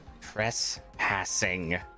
Press-passing